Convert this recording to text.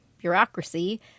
bureaucracy